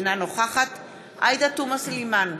אינה נוכחת עאידה תומא סלימאן,